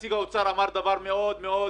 נציג משרד האוצר אמר דבר מאוד מאוד מדאיג: